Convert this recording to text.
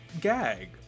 gag